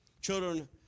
Children